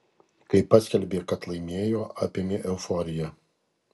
kai paskelbė kad laimėjo apėmė euforija